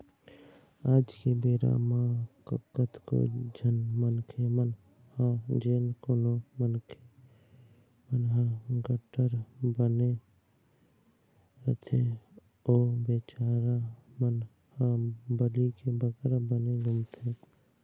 आज के बेरा म कतको झन मनखे मन ह जेन कोनो मनखे मन ह गारंटर बने रहिथे ओ बिचारा मन ह बली के बकरा बने घूमत हें